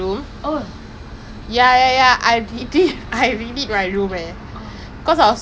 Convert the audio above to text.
and there are three people lah like so just need to find out who the who's who by voting lah